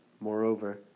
Moreover